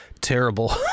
terrible